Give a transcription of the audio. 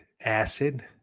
acid